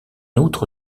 outre